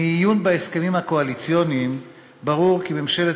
מעיון בהסכמים הקואליציוניים ברור כי ממשלת